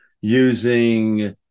using